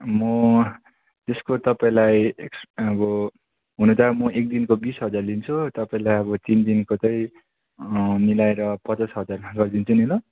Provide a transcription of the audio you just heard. मो त्यसको तपाईँलाई अब हुन त अब म एक दिनको बिस हजार लिन्छु तपाईँलाई अब तिन दिनको चाहिँ मिलाएर पचास हजारमा गरिदिन्छु नि ल